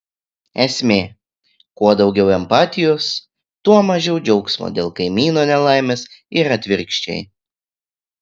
esmė kuo daugiau empatijos tuo mažiau džiaugsmo dėl kaimyno nelaimės ir atvirkščiai